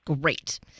Great